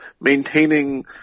maintaining